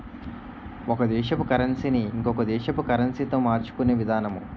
ఒక దేశపు కరన్సీ ని ఇంకొక దేశపు కరెన్సీతో మార్చుకునే విధానము